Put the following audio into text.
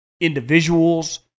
individuals